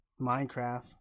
Minecraft